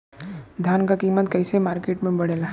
धान क कीमत कईसे मार्केट में बड़ेला?